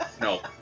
no